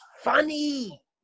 funny